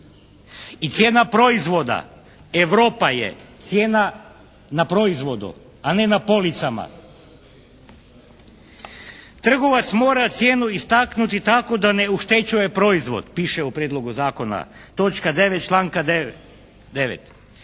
I cijena proizvoda, Europa je cijena na proizvodu a ne na policama. Trgovac mora cijenu istaknuti tako da ne oštećuje proizvod, piše u prijedlogu zakona točka 9. članka 9.